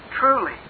Truly